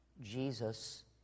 Jesus